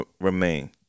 remain